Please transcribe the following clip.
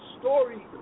story